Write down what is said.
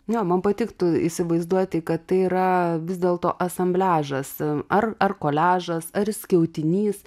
jo man patiktų įsivaizduoti kad tai yra vis dėlto asambliažas ar ar koliažas ar skiautinys